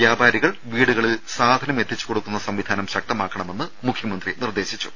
വ്യാപാരികൾ വീടുകളിൽ സാധനം എത്തിച്ചുകൊടുക്കുന്ന സംവിധാനം ശക്തമാക്കണമെന്ന് മുഖ്യമന്ത്രി നിർദ്ദേശിച്ചു